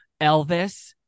elvis